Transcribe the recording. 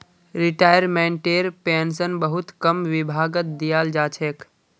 रिटायर्मेन्टटेर pension बहुत कम विभागत दियाल जा छेक